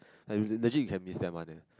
like legit you can miss them one leh